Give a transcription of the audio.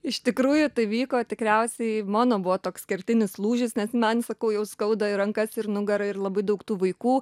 iš tikrųjų tai vyko tikriausiai mano buvo toks kertinis lūžis nes man sakau jau skauda ir rankas ir nugarą ir labai daug tų vaikų